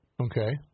Okay